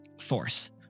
force